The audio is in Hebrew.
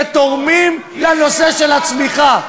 ואתם באמת תורמים לנושא של הצמיחה.